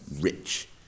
rich